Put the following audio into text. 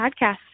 podcast